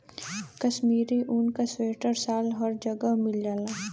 कशमीरी ऊन क सीवटर साल हर जगह मिल जाला